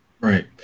Right